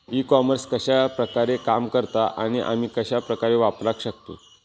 E commerce कश्या प्रकारे काम करता आणि आमी कश्या प्रकारे वापराक शकतू?